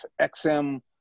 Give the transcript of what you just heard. XM